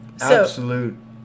absolute